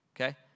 Okay